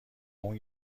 اون